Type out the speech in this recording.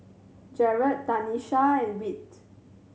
Jaret Tanisha and Whit